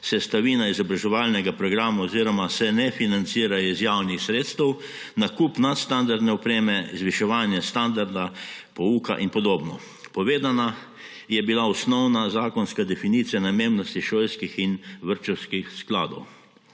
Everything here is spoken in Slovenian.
sestavina izobraževalnega programa oziroma se ne financirajo iz javnih sredstev: nakup nadstandardne opreme, zviševanje standarda pouka in podobno. Povedana je bila osnovna zakonska definicija namembnosti šolskih in vrtčevskih skladov.